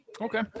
okay